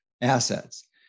assets